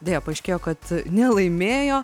deja paaiškėjo kad nelaimėjo